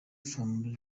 from